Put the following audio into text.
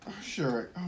Sure